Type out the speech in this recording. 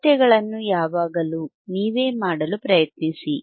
ಅಳತೆಗಳನ್ನು ಯಾವಾಗಲೂ ನೀವೇ ಮಾಡಲು ಪ್ರಯತ್ನಿಸಿ